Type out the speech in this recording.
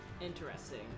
Interesting